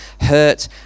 hurt